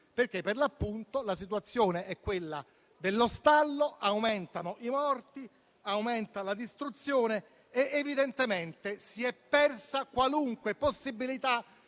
perché la situazione è quella dello stallo, aumentano i morti, aumenta la distruzione e si è evidentemente persa qualunque possibilità